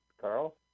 Carl